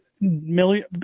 million